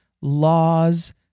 laws